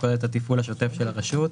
התפעול השוטף של הרשות,